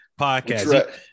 podcast